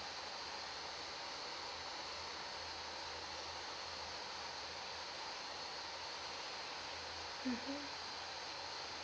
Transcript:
mmhmm